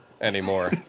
anymore